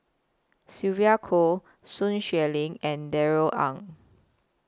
Sylvia Kho Sun Xueling and Darrell Ang